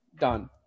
done